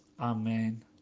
Amen